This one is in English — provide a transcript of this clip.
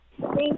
Thank